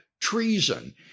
treason